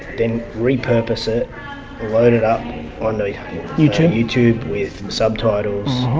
then repurpose it load it up on and the youtube. youtube with subtitles,